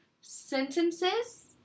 Sentences